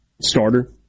starter